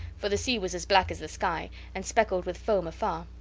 for the sea was as black as the sky and speckled with foam afar.